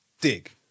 dig